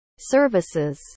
services